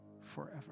forever